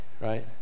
right